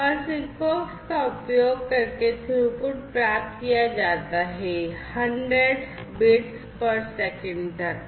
और SIGFOX का उपयोग करके थ्रूपुट प्राप्त किया जाता है 100 bps तक है